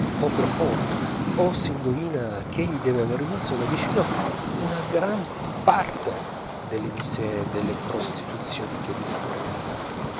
o profonda o s'indovina ch'egli deve aver visto da vicino una gran parte delle miserie e delle prostituzioni che descrive